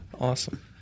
Awesome